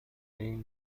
این